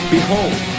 Behold